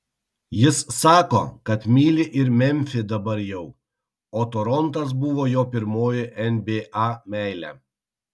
jis sako kad myli ir memfį dabar jau o torontas buvo jo pirmoji nba meilė